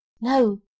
No